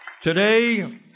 Today